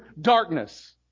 darkness